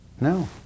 no